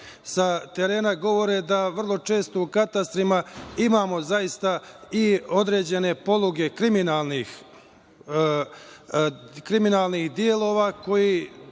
sa terena govore da vrlo često u katastrima imamo zaista i određene poluge kriminalnih delova koji